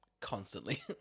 constantly